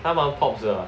他们 pop lah